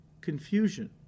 confusion